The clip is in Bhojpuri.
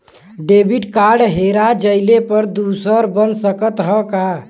डेबिट कार्ड हेरा जइले पर दूसर बन सकत ह का?